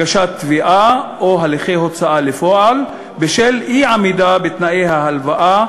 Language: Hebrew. הגשת תביעה או הליכי הוצאה לפועל בשל אי-עמידה בתנאי ההלוואה,